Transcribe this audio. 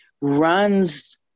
runs